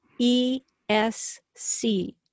ESC